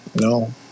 no